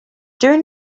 during